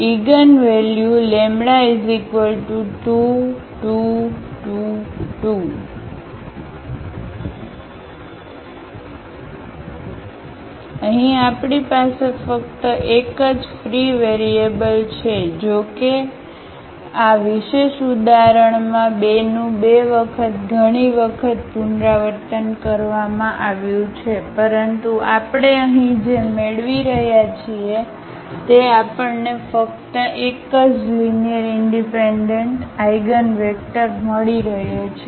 2 λ40 Eigenvalues λ2222 અહીં આપણી પાસે ફક્ત એક જ ફ્રી વેરિયેબલ છે જો કે આ વિશેષ ઉદાહરણમાં 2 નું 2 વખત ઘણી વખત પુનરાવર્તન કરવામાં આવ્યું છે પરંતુ આપણે અહીં જે મેળવી રહ્યા છીએ તે આપણને ફક્ત એક જ લીનીઅરઇનડિપેન્ડન્ટ આઇગનવેક્ટર મળી રહ્યો છે